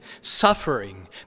suffering